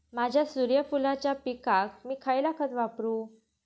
माझ्या सूर्यफुलाच्या पिकाक मी खयला खत वापरू?